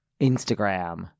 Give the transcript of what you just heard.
Instagram